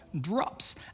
drops